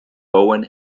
bowen